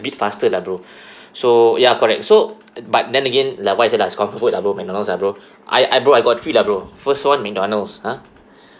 beat faster lah bro so ya correct so but then again like what I said lah is comfort food lah bro mcdonald's lah bro I I bro I got three lah bro first one mcdonald's ah